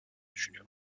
düşünüyor